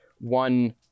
one